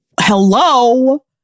Hello